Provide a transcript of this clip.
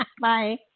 Bye